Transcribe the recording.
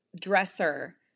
Dresser